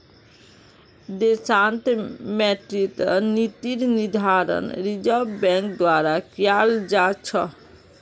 देशत मौद्रिक नीतिर निर्धारण रिज़र्व बैंक द्वारा कियाल जा छ